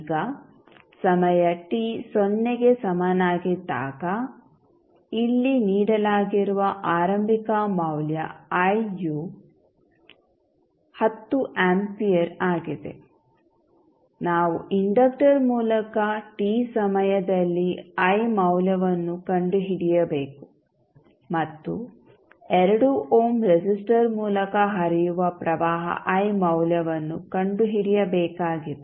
ಈಗ ಸಮಯ ಟಿ ಸೊನ್ನೆಗೆ ಸಮನಾಗಿದ್ದಾಗ ಇಲ್ಲಿ ನೀಡಲಾಗಿರುವ ಆರಂಭಿಕ ಮೌಲ್ಯ ಐಯು 10 ಆಂಪಿಯರ್ ಆಗಿದೆ ನಾವು ಇಂಡಕ್ಟರ್ ಮೂಲಕ ಟಿ ಸಮಯದಲ್ಲಿ ಐ ಮೌಲ್ಯವನ್ನು ಕಂಡುಹಿಡಿಯಬೇಕು ಮತ್ತು 2 ಓಮ್ ರೆಸಿಸ್ಟರ್ ಮೂಲಕ ಹರಿಯುವ ಪ್ರವಾಹ ಐ ಮೌಲ್ಯವನ್ನು ಕಂಡುಹಿಡಿಯಬೇಕಾಗಿದೆ